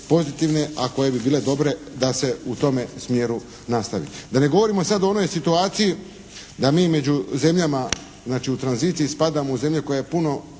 pozitivne, a koje bi bile dobre da se u tome smjeru nastavi. Da ne govorimo sad o onoj situaciji da mi među zemljama znači u tranziciji spadamo u zemlje koje puno